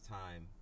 time